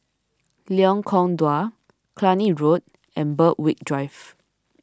Lengkong Dua Cluny Road and Berwick Drive